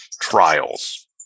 trials